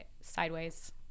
Sideways